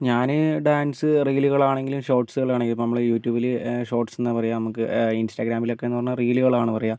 ഞാന് ഡാൻസ് റീലുകളാണെങ്കിലും ഷോർട്സ്കളാണെങ്കിലും ഇപ്പം നമ്മള് യൂ ട്യൂബില് ഷോർട്സ്ന്നാണ് പറയുക നമുക്ക് ഇൻസ്റ്റാഗ്രാമിലോക്കെന്ന് പറഞ്ഞാൽ റീൽസ് എന്നാണ് പറയുക